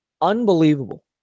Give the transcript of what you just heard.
unbelievable